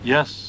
Yes